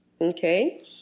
Okay